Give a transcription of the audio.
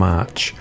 March